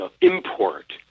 import